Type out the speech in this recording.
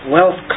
Wealth